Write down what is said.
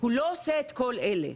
הוא לא עושה את כל אלה,